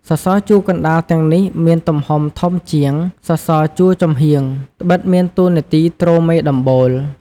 សសរជួរកណ្តាលទាំងនេះមានទំហំធំជាង សសរជួរចំហៀង ត្បិតមានតួនាទីទ្រមេដំបូល។